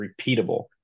repeatable